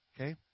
Okay